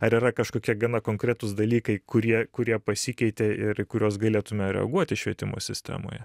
ar yra kažkokie gana konkretūs dalykai kurie kurie pasikeitė ir į kuriuos galėtume reaguoti švietimo sistemoje